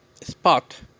spot